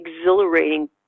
exhilarating